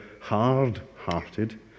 hard-hearted